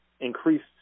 Increased